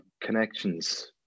connections